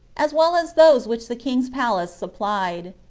as well as those which the king's palace supplied.